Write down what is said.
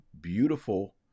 beautiful